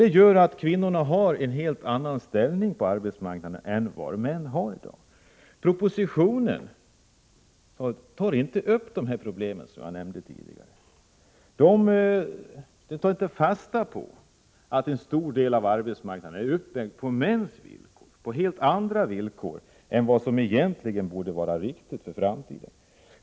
Det gör att kvinnorna har en helt annan ställning på arbetsmarknaden än männen. I propositionen tar man inte upp dessa problem. Där tas inte fasta på att en stor del av arbetsmarknaden är uppbyggd på männens villkor, dvs. på helt andra villkor än dem vi egentligen bör inrikta oss på för framtiden.